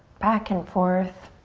back and forth.